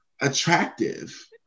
attractive